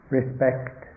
respect